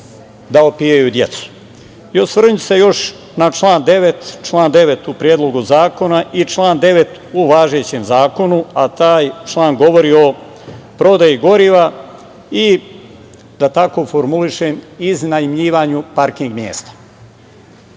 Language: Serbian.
da opijaju decu. Osvrnuću se još na član 9. u Predlogu zakona i član 9. u važećem zakonu, a taj član govori o prodaji goriva i, da tako formulišem, iznajmljivanju parking mesta.